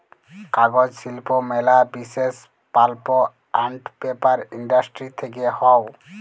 কাগজ শিল্প ম্যালা বিসেস পাল্প আন্ড পেপার ইন্ডাস্ট্রি থেক্যে হউ